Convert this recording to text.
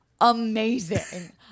amazing